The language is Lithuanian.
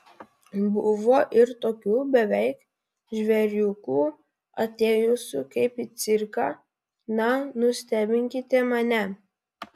buvo ir tokių beveik žvėriukų atėjusių kaip į cirką na nustebinkite mane